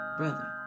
brother